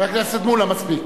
חבר הכנסת מולה, מספיק.